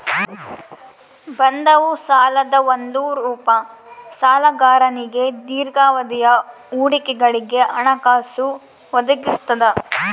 ಬಂಧವು ಸಾಲದ ಒಂದು ರೂಪ ಸಾಲಗಾರನಿಗೆ ದೀರ್ಘಾವಧಿಯ ಹೂಡಿಕೆಗಳಿಗೆ ಹಣಕಾಸು ಒದಗಿಸ್ತದ